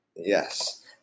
yes